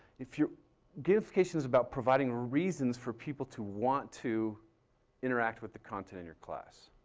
if you give cases about providing reasons for people to want to interact with the content in your class,